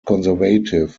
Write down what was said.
conservative